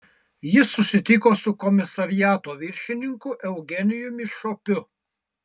jis susitiko su komisariato viršininku eugenijumi šopiu